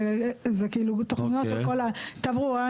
זה תוכניות של תברואה,